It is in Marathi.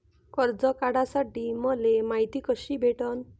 कर्ज काढासाठी मले मायती कशी भेटन?